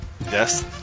Yes